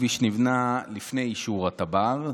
הכביש נבנה לפני אישור התב"ר,